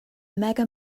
mega